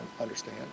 understand